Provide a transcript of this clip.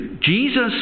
Jesus